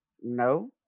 No